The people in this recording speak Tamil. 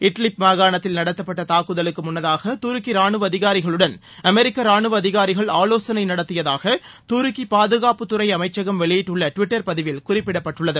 இட்லிப் மாகாணத்தில் நடத்தப்பட்ட இத்தாக்குதலுக்கு முன்னதாக துருக்கி ரானுவ அதிகாரிகளுடன் அமெரிக்கா ரானுவ அதிகாரிகள் ஆலோசனை நடத்தியதாக துருக்கி பாதுகாப்பத் துறை அமைச்சகம் வெளியிட்டுள்ள டுவிட்டர் பதிவில் குறிப்பிடப்பட்டுள்ளது